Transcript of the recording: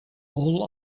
all